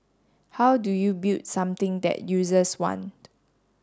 how do you build something that users want